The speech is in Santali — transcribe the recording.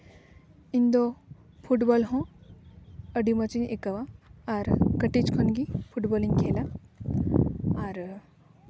ᱤᱧ ᱫᱚ ᱯᱷᱩᱴᱵᱚᱞ ᱦᱚᱸ ᱟᱹᱰᱤ ᱢᱚᱡᱤᱧ ᱟᱹᱭᱠᱟᱹᱣᱟ ᱟᱨ ᱠᱟᱹᱴᱤᱡ ᱠᱷᱚᱱᱜᱮ ᱯᱷᱩᱴᱵᱚᱞ ᱤᱧ ᱠᱷᱮᱞᱟ ᱟᱨ